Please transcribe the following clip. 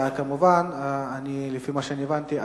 לפי מה שהבנתי,